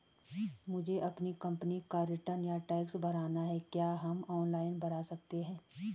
मुझे अपनी कंपनी का रिटर्न या टैक्स भरना है क्या हम ऑनलाइन भर सकते हैं?